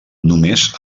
només